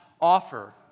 offer